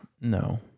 No